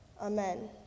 Amen